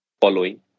following